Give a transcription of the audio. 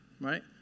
right